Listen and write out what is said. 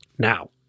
Now